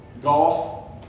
Golf